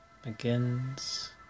begins